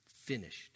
finished